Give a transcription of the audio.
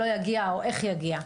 לא יגיע או איך יגיע.